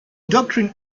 doctrine